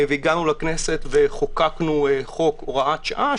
הגענו לכנסת וחוקקנו חוק הוראת שעה,